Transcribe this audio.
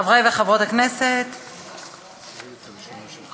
ותועבר להכנה לקריאה שנייה ושלישית